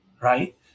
right